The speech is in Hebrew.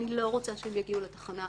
אני לא רוצה שהם יגיעו לתחנה,